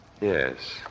Yes